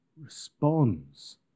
responds